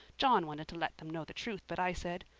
john wanted to let them know the truth but i said,